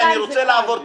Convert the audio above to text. אני רוצה לעבור.